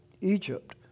Egypt